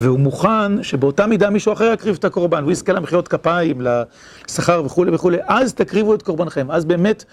והוא מוכן שבאותה מידה מישהו אחר יקריב את הקורבן, והוא יזכה למחיאות כפיים, לשכר וכולי וכולי. אז תקריבו את קורבנכם, אז באמת...